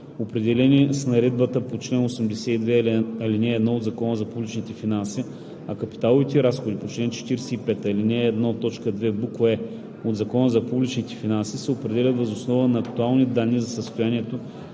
определени с наредбата по чл. 82, ал. 1 от Закона за публичните финанси, а капиталовите разходи по чл. 45, ал. 1, т. 2, буква „е“ от Закона за публичните финанси се определят въз основа на актуални данни за състоянието